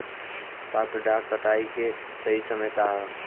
सॉफ्ट डॉ कटाई के सही समय का ह?